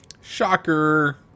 Shocker